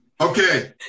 Okay